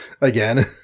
again